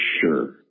sure